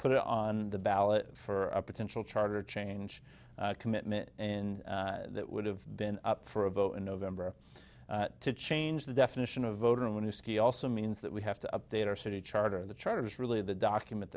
put it on the ballot for a potential charter change commitment in that would have been up for a vote in november to change the definition of voter a new ski also means that we have to update our city charter the charter is really the document